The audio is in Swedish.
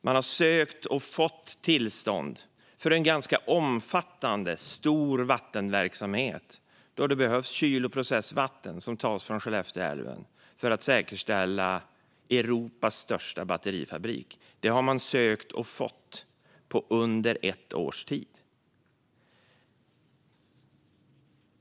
Man har sökt och fått tillstånd för en ganska omfattande vattenverksamhet, då det behövs kyl och processvatten som tas från Skellefteälven för att säkerställa Europas största batterifabrik. Detta tillstånd har man sökt och fått på mindre än ett år.